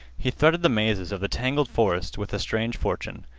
he threaded the mazes of the tangled forest with a strange fortune.